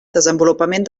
desenvolupament